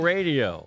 Radio